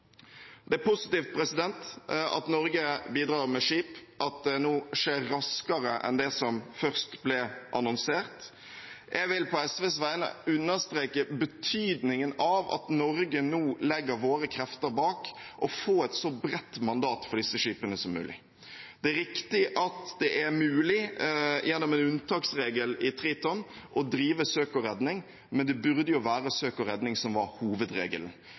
at det nå skjer raskere enn det som først ble annonsert. Jeg vil på SVs vegne understreke betydningen av at Norge nå legger våre krefter bak og får et så bredt mandat som mulig for disse skipene. Det er riktig at det er mulig, gjennom en unntaksregel i Triton, å drive søk og redning. Men det burde være søk og redning som var hovedregelen.